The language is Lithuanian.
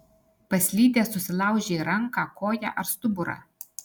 paslydęs susilaužei ranką koją ar stuburą